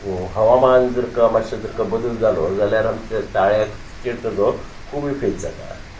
हवामान जरका मात्शें जरका बदल जालो जाल्यार आमच्या ताळ्या चर तेजो खूब विफेद जाता